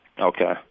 Okay